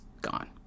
gone